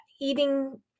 eating